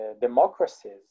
democracies